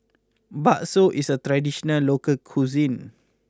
Bakso is a traditional local cuisine